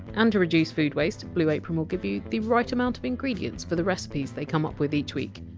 and to reduce food waste, blue apron will give you the right amount of ingredients for the recipes they come up with each week.